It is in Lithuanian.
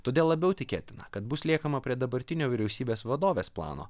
todėl labiau tikėtina kad bus liekama prie dabartinio vyriausybės vadovės plano